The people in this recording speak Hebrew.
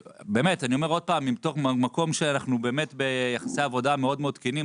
אני אומר באמת עוד פעם מתוך מקום שאנחנו ביחסי עבודה מאוד מאוד תקינים,